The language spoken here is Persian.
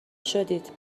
شدید